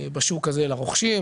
בשוק הזה לרוכשים,